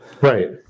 right